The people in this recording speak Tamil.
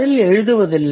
அதில் எழுதுவதில்லை